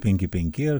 penki penki ar